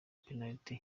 penaliti